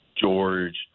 George